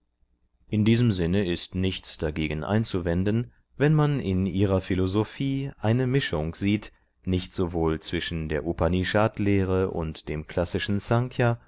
in diesem sinne ist nichts dagegen einzuwenden wenn man in ihrer philosophie eine mischung sieht nicht sowohl zwischen der upanishadlehre und dem klassischen